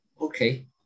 Okay